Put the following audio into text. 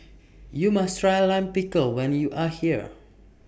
YOU must Try Lime Pickle when YOU Are here